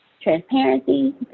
transparency